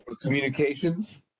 Communications